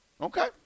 Okay